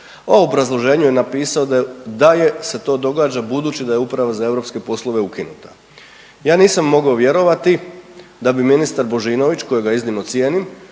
a u obrazloženju je napisao da je se to događa budući da je Uprava za europske poslove ukinuta. Ja nisam mogao vjerovati da bi ministar Božinović kojega iznimno cijenim